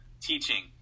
teaching